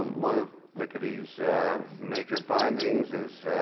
um one of picca-dees major findings is